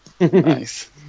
Nice